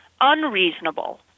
unreasonable